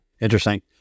Interesting